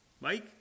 Mike